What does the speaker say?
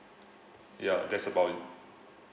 ya that's about it